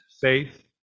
faith